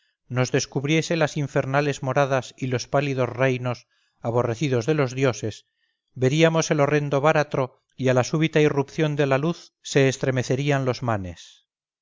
nos descubriese las infernales moradas y los pálidos reinos aborrecidos de los dioses veríamos el horrendo báratro y a la súbita irrupción de la luz se estremecerían los manes